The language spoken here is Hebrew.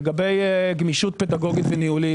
לגבי גמישות פדגוגית וניהולית,